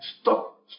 Stop